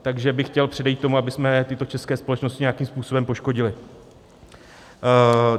Takže bych chtěl předejít tomu, abychom tyto české společnosti nějakým způsobem poškodili.